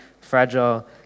fragile